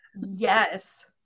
yes